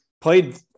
Played